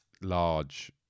large